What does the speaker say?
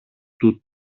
του